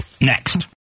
next